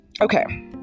Okay